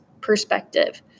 perspective